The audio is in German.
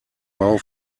bau